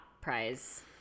prize